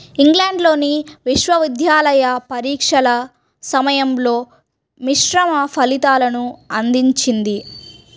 ఇంగ్లాండ్లోని విశ్వవిద్యాలయ పరీక్షల సమయంలో మిశ్రమ ఫలితాలను అందించింది